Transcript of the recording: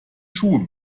schuhe